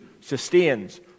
sustains